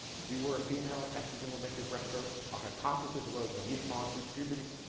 if you were a female, estrogen would make your breasts grow, our hypothesis was when these frogs reach puberty,